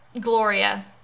Gloria